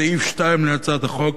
סעיף 2 להצעת החוק